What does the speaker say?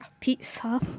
pizza